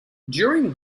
during